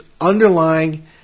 underlying